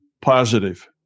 positive